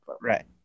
right